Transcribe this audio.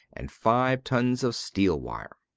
and five tons of steel wire.